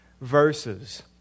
verses